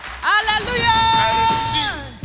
Hallelujah